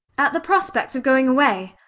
at the prospect of going away?